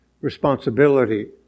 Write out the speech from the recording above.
responsibility